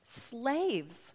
Slaves